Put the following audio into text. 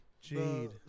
Jade